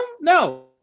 no